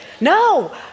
no